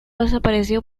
desapareció